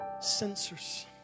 Censors